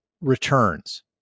returns